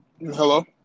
Hello